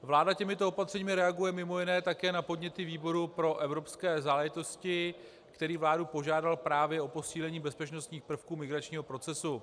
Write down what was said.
Vláda těmito opatřeními reaguje mimo jiné také na podněty výboru pro evropské záležitosti, který vládu požádal právě o posílení bezpečnostních prvků migračního procesu.